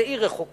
זו עיר רחוקה,